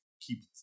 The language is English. keep